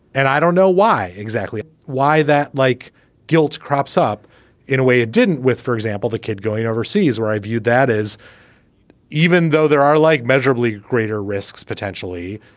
and i don't know why exactly why that like guilt crops up in a way it didn't with, for example, the kid going overseas where i view that as even though there are like measurably greater risks potentially.